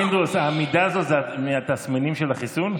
פינדרוס, העמידה הזו זה מהתסמינים של החיסון?